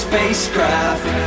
Spacecraft